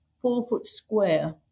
four-foot-square